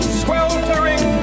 sweltering